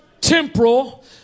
temporal